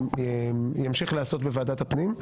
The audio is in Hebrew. ימשיך להיעשות בוועדת הפנים.